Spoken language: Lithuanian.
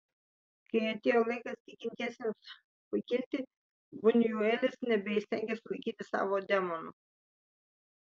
kai atėjo laikas tikintiesiems pakilti bunjuelis nebeįstengė sulaikyti savo demonų